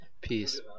peace